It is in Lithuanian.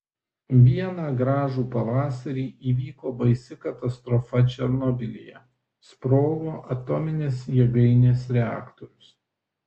vieną gražų pavasarį įvyko baisi katastrofa černobylyje sprogo atominės jėgainės reaktorius